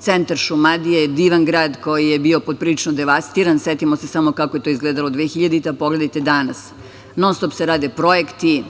centar Šumadije, divan grad koji je bio poprilično devastiran. Setimo se samo kako je to izgledalo 2000. godine, a pogledajte danas. Projekti se